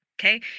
okay